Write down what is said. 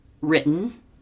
written